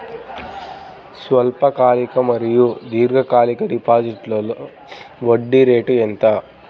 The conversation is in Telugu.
స్వల్పకాలిక మరియు దీర్ఘకాలిక డిపోజిట్స్లో వడ్డీ రేటు ఎంత?